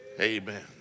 Amen